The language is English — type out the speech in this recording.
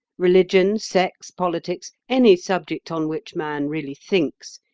religion, sex, politics any subject on which man really thinks,